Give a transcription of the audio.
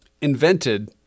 invented